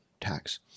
tax